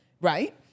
Right